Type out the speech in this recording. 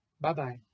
Bye-bye